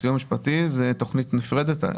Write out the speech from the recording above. הסיוע המשפטי, זאת תכנית נפרדת.